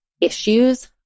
issues